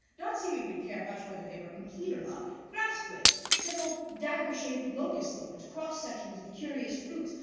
not seeming to care much whether they were complete or not grass-blades, several dagger-shaped locust-thorns, cross-sections of curious fruits,